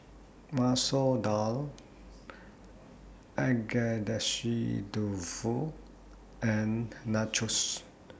Masoor Dal Agedashi Dofu and Nachos